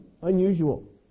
unusual